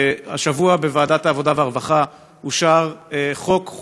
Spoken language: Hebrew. השבוע אושר בוועדת העבודה והרווחה לקריאה